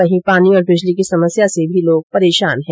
वहीं पानी और बिजली की समस्या से भी लोग परेशान है